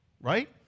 Right